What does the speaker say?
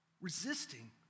resisting